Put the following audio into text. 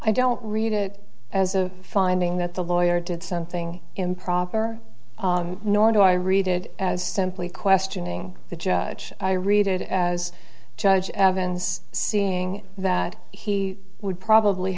i don't read it as a finding that the lawyer did something improper nor do i read it as family questioning the judge i read it as judge evans seeing that he would probably